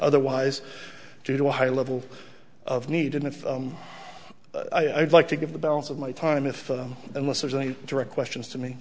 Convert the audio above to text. otherwise to do a high level of need and if i'd like to give the balance of my time if unless there's any direct questions to me